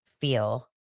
feel